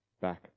back